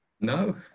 No